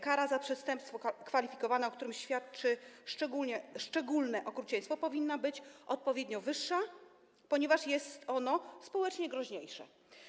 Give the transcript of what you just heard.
Kara za przestępstwo kwalifikowane, o którym świadczy szczególne okrucieństwo, powinna być odpowiednio wyższa, ponieważ jest ono społecznie groźniejsze.